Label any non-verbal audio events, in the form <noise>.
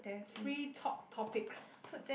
free talk topic <breath>